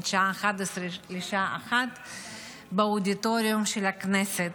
השעה 11:00 לשעה 13:00 באודיטוריום של הכנסת.